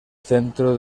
centro